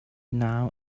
now